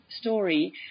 story